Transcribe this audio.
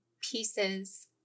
pieces